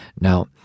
Now